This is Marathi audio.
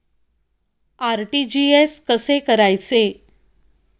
आर.टी.जी.एस कसे करायचे?